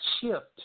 shift